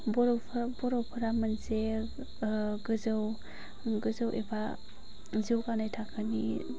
बर'फ्रा बर'फोरा मोनसे गोजौ गोजौ एबा जौगानाय थाखोनि